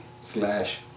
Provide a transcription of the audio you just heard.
slash